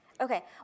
Okay